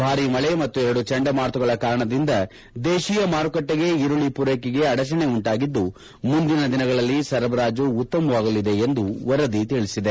ಭಾರಿ ಮಳಿ ಮತ್ತು ಎರಡು ಚಂಡಮಾರುತಗಳ ಕಾರಣದಿಂದ ದೇಶಿಯ ಮಾರುಕಟ್ಟಿಗೆ ಈರುಳ್ಳಿ ಪೂರೈಕೆಗೆ ಅದಚಣೆ ಉಂಟಾಗಿದ್ದು ಮುಂದಿನ ದಿನಗಳಲ್ಲಿ ಸರಬರಾಜು ಉತ್ತಮವಾಗಲಿದೆ ಎಂದು ವರದಿ ತಿಳಿಸಿದೆ